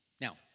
Now